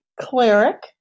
cleric